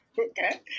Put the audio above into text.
Okay